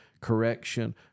correction